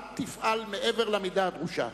אל תפעל מעבר למידה הדרושה.